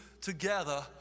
together